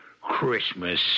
Christmas